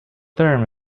term